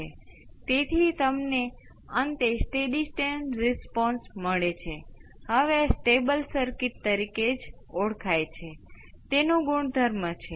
દાખલા તરીકે જો V c ના 0 પર નું મૂલ્ય 0 હતું તો મને Vp એક્સપોનેનશીયલ 0 મળશે જે ફક્ત V p છે અને આ મૂલ્ય V c 2 0 હશે જે V p ને 0 ની બરાબર બનાવશે